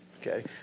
Okay